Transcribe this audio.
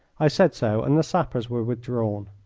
i said so, and the sappers were withdrawn.